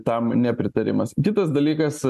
tam nepritarimas kitas dalykas